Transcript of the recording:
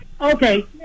okay